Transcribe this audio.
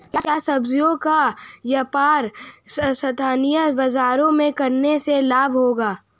क्या सब्ज़ियों का व्यापार स्थानीय बाज़ारों में करने से लाभ होगा?